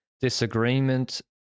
disagreement